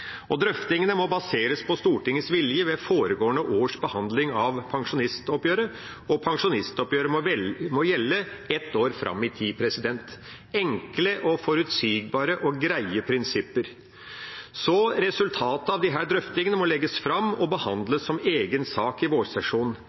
og drøftingene må baseres på Stortingets vilje ved foregående års behandling av pensjonistoppgjøret, og pensjonistoppgjøret må gjelde ett år fram i tid – enkle, forutsigbare og greie prinsipper. Resultatet av disse drøftingene må legges fram og behandles som egen sak i vårsesjonen.